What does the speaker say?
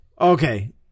okay